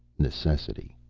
necessity.